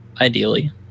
Ideally